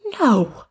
No